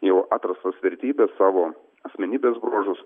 jau atrastas vertybes savo asmenybės bruožus